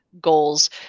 goals